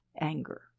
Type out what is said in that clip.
anger